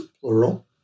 plural